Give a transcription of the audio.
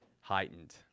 heightened